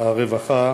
הרווחה